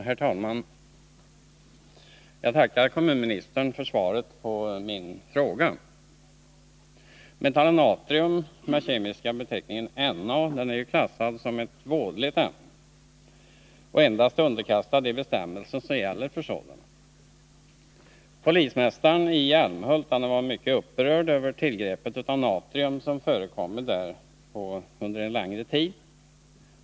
Herr talman! Jag tackar kommunministern för svaret på min fråga. Metallen natrium med den kemiska beteckningen Na är klassad som ett vådligt ämne och underkastat endast de bestämmelser som gäller för sådana. Polismästaren i Älmhult var mycket upprörd över de tillgrepp av natrium som förekommit där under en längre tid.